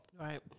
Right